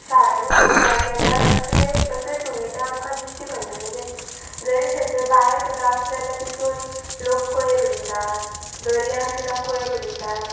शारांनी पोवपाक गेल्यार असले असले सुविधा आमकां दिश्टी पडना म्हणजे जरी थंयसर बाय सुद्दा आसले जाल्यार तितून लोक कोयर उडयतात दर्यान सुद्दां कोयर उडयतात